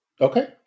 Okay